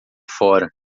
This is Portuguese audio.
fora